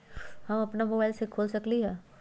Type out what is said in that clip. हम अपना मोबाइल से खोल सकली ह?